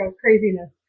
craziness